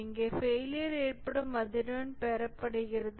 இங்கே ஃபெயிலியர் ஏற்படும் அதிர்வெண் பெறப்படுகிறது